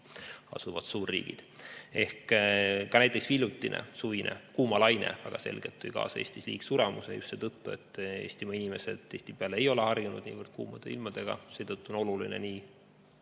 asuvad suurriigid. Näiteks, hiljutine suvine kuumalaine väga selgelt tõi kaasa Eestis liigsuremuse just seetõttu, et Eestimaa inimesed tihtipeale ei ole harjunud niivõrd kuumade ilmadega. Seetõttu on oluline ka